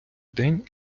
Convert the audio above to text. день